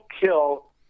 kill